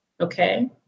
okay